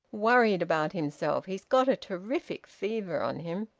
worried about himself. he's got a terrific fever on him.